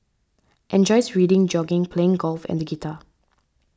enjoys reading jogging playing golf and guitar